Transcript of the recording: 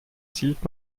zielt